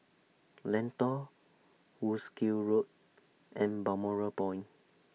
Lentor Wolskel Road and Balmoral Point